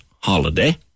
HOLIDAY